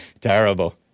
Terrible